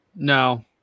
No